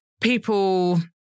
people